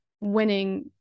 winning